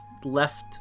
left